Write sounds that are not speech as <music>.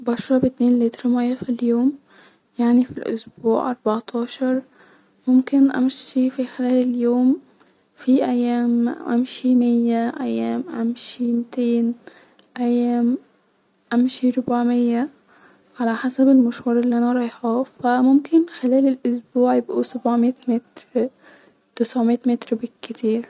بشرب اتنين لتر ميه في اليوم-يعني في الاسبوع اربعتاشر-ممكن امشي في خلال اليوم في ايام-امشي ميه-ايام امشي متين-ايام امشي ربعو(ميه-علي حسب المشوار الي انا رايحاه-ممكن خلال الاسبوع يبقو سبعوميت متر <hesitation> تسعوميه متر بالكتير